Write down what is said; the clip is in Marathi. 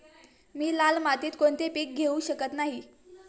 मी लाल मातीत कोणते पीक घेवू शकत नाही?